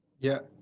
yeah,